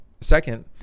second